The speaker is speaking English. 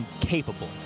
capable